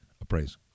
appraise